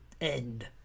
end